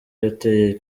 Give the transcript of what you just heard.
yateye